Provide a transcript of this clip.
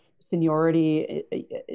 seniority